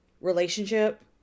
relationship